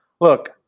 look